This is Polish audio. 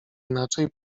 inaczej